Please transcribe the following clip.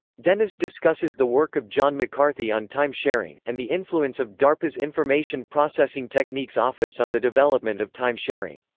dennis discusses the work of john mccarthy on time-sharing, and the influence of darpa's information processing techniques office on the development of time-sharing.